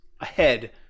ahead